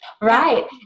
Right